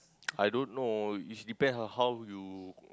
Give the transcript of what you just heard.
I don't know is depend on how you